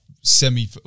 semi